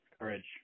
Courage